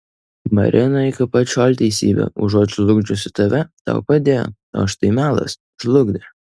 marina iki pat šiol teisybė užuot žlugdžiusi tave tau padėjo o štai melas žlugdė